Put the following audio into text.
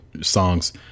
songs